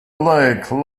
lake